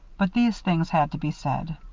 but these things had to be said.